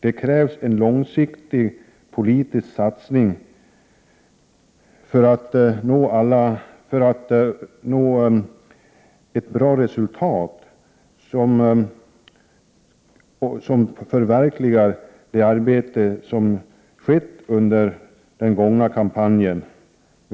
Det krävs en långsiktig politisk satsning för att nå ett bra resultat, som förverkligar det arbete som skett under den gångna kampanjen.